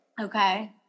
Okay